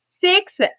six